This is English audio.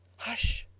hush,